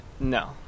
No